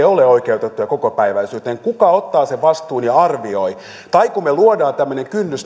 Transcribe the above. ole oikeutettuja kokopäiväisyyteen kuka ottaa sen vastuun ja arvioi tai kun me luomme tällaisen kynnyksen